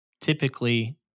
typically